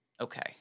Okay